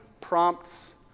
prompts